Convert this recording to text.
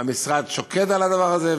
המשרד שוקד על הדבר הזה,